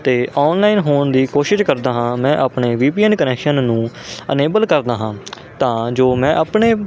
'ਤੇ ਆਨਲਾਈਨ ਹੋਣ ਦੀ ਕੋਸ਼ਿਸ਼ ਕਰਦਾ ਹਾਂ ਮੈਂ ਆਪਣੇ ਵੀ ਪੀ ਐਨ ਕਨੈਕਸ਼ਨ ਨੂੰ ਅਨੇਬਲ ਕਰਦਾ ਹਾਂ ਤਾਂ ਜੋ ਮੈਂ ਆਪਣੇ